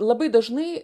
labai dažnai